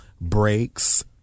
breaks